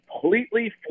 completely